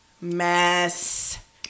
mess